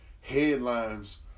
headlines